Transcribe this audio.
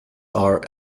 are